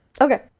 okay